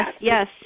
Yes